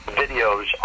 videos